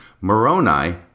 Moroni